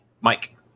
Mike